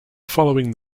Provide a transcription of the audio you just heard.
following